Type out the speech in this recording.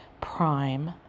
prime